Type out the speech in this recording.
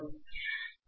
மாணவர் 3408